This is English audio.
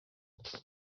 walker